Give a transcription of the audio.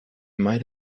might